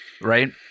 Right